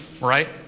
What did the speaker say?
right